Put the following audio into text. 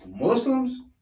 Muslims